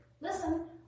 listen